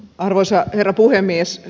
arvoisa herra puhemies